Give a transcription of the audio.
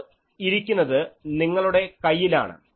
zero ഇരിക്കുന്നത് നിങ്ങളുടെ കയ്യിലാണ്